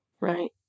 Right